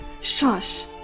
Shush